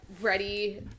ready